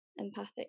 empathic